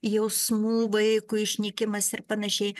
jausmų vaikui išnykimas ir panašiai